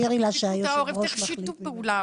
צריך שיתוף פעולה,